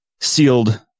sealed